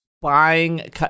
buying